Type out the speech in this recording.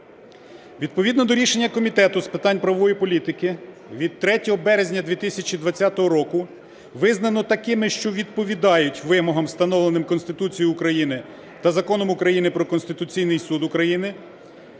Відповідно до рішення Комітету з питань правової політики від 3 березня 2020 року визнано такими, що відповідають вимогам, встановленим Конституцією України та Законом України "Про Конституційний Суд України"